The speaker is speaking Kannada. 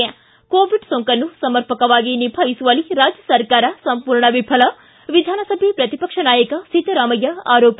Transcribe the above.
ಿ ಕೋವಿಡ್ ಸೋಂಕನ್ನು ಸಮರ್ಪಕವಾಗಿ ನಿಭಾಯಿಸುವಲ್ಲಿ ರಾಜ್ಯ ಸರ್ಕಾರ ಸಂಪೂರ್ಣ ವಿಫಲ ವಿಧಾನಸಭೆ ಪ್ರತಿಪಕ್ಷ ನಾಯಕ ಸಿದ್ದರಾಮಯ್ಯ ಆರೋಪ